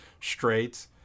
straight